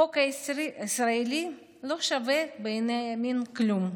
החוק הישראלי לא שווה בעיני הימין כלום.